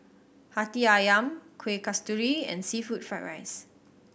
Hati Ayam Kuih Kasturi and seafood fried rice